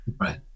Right